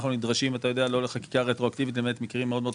אנחנו נדרשים לא לחקיקה רטרואקטיבית למעט מקרים מאוד מאוד חריגים.